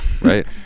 Right